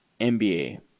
nba